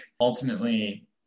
ultimately